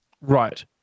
Right